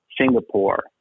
Singapore